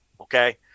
Okay